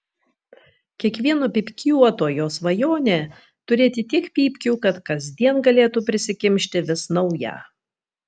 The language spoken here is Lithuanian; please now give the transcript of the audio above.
kiekvieno pypkiuotojo svajonė turėti tiek pypkių kad kasdien galėtų prisikimšti vis naują